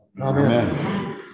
Amen